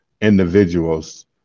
individuals